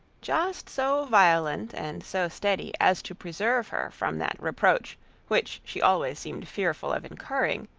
just so violent and so steady as to preserve her from that reproach which she always seemed fearful of incurring,